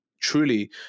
Truly